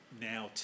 now